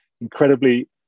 incredibly